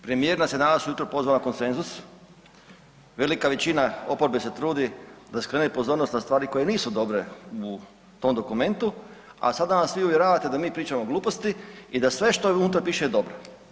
Premijer nas je danas ujutro pozvao na konsenzus, velika većina oporbe se trudi da skrene pozornost na stvari koje nisu dobre u tom dokumentu, a sada nas vi uvjeravate da mi pričamo gluposti i da sve što je unutra piše dobro.